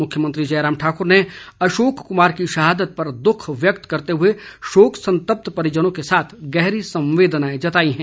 मुख्यमंत्री जयराम ठाकुर ने अशोक कुमार की शहादत पर दुख व्यक्त करते हुए शोक संतप्त परिजनों के साथ गहरी संवेदनाएं जताई है